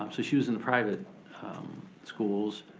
um so she was in the private schools.